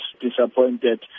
disappointed